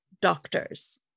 Doctors